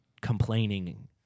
complaining